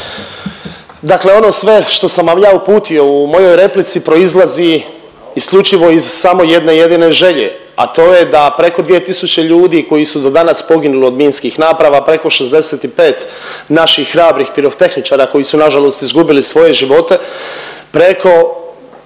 Dakle, ono sve što sam vam ja uputio u mojoj replici proizlazi isključivo iz samo jedne jedine želje, a to je da preko 2 tisuće ljudi koji su do danas poginuli od minskih naprava, preko 65 naših hrabrih pirotehničara koji su nažalost izgubili svoje živote, preko